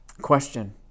Question